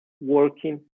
working